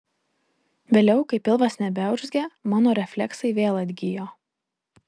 vėliau kai pilvas nebeurzgė mano refleksai vėl atgijo